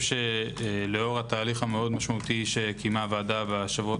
לאור התהליך המאוד משמועתי שקיימה הוועדה בשבועות